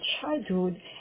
childhood